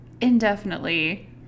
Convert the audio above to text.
indefinitely